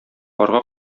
карга